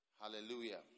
Hallelujah